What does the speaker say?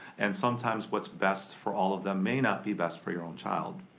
and sometimes what's best for all of them may not be best for your own child.